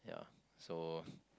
yeah so